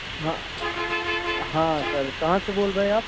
हाँ हाँ सर कहाँ से बोल रहे हैं आप